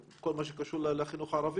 כל מה שקשור לחינוך הערבי,